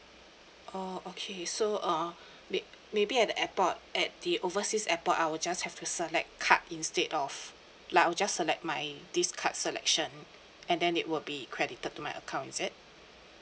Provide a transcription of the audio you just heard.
oh okay so uh may maybe at the airport at the overseas airport I will just have to select card instead of like I'll just select my this card selection and then it will be credited to my account is it